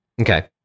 Okay